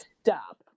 stop